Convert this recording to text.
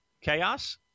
chaos